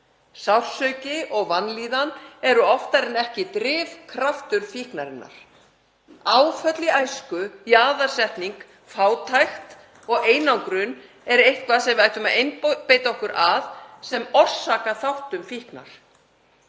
Sársauki og vanlíðan eru oftar en ekki drifkraftur fíknarinnar. Áföll í æsku, jaðarsetning, fátækt og einangrun er eitthvað sem við ættum að einbeita okkur að sem orsakaþáttum fíknar.